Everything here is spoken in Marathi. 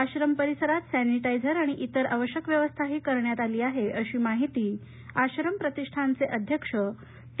आश्रम परिसरात सॅनिटायझर आणि इतर आवश्यक व्यवस्थाही करण्यात आली आहे अशी माहिती आश्रम प्रतिष्ठानचे अध्यक्ष टी